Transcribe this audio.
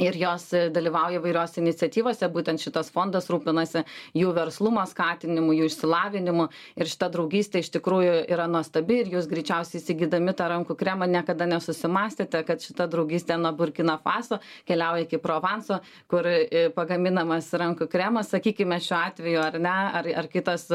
ir jos dalyvauja įvairiose iniciatyvose būtent šitas fondas rūpinasi jų verslumo skatinimu jų išsilavinimu ir šita draugystė iš tikrųjų yra nuostabi ir jūs greičiausiai įsigydami tą rankų kremą niekada nesusimąstėte kad šita draugystė nuo burkina faso keliauja iki provanso kur pagaminamas rankų kremas sakykime šiuo atveju ar ne ar ar kitos